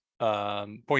point